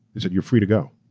they said, you're free to go.